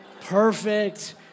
Perfect